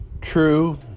true